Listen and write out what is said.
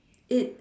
it